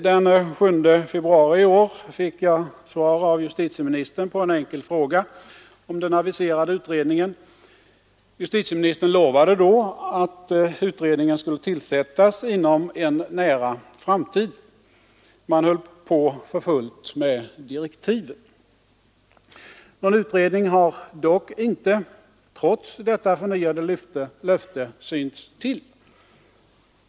Den 7 februari i år fick jag svar av justitieministern på en enkel fråga om den aviserade utredningen. Justitieministern lovade då att utredningen skulle tillsättas inom en nära framtid. Man höll på för fullt med direktiven. Men någon utredning har trots detta förnyade löfte inte synts till.